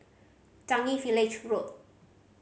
Changi Village Road